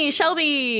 Shelby